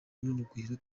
n’urugwiro